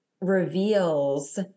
reveals